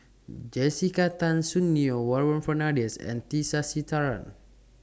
Jessica Tan Soon Neo Warren Fernandez and T Sasitharan